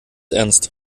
ernst